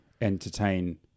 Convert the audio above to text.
entertain